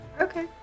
Okay